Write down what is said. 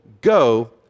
go